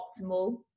optimal